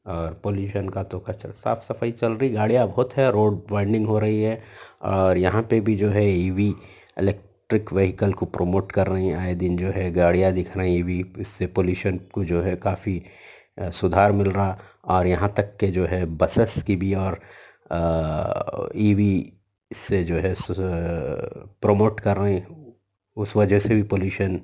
اور پولیشن کا تو کچرا صاف صفائی چل رہی گاڑیاں بہت ہے روڈ بائنڈنگ ہو رہی ہے اور یہاں پہ بھی جو ہے اِی وی الیکٹرک وہیکل کو پروموٹ کر رہی ہیں آئے دِن جو ہے گاڑیاں دِکھ رہی یہ بھی اِس سے پلیوشن کو جو ہے کافی سُدھار مل رہا اور یہاں تک کہ جو ہے بسس کی بھی اور اِی وی سے جو ہے پراموٹ کر رہے ہیں اُس وجہ سے بھی پلیوشن